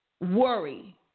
worry